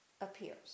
appears